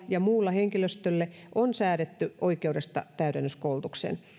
ja muulle henkilöstölle on säädetty oikeudesta täydennyskoulutukseen